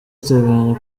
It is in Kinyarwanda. duteganya